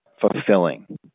fulfilling